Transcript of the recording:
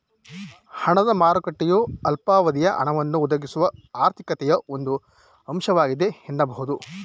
ಹಣದ ಮಾರುಕಟ್ಟೆಯು ಅಲ್ಪಾವಧಿಯ ಹಣವನ್ನ ಒದಗಿಸುವ ಆರ್ಥಿಕತೆಯ ಒಂದು ಅಂಶವಾಗಿದೆ ಎನ್ನಬಹುದು